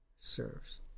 serves